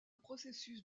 processus